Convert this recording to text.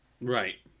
Right